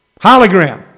Hologram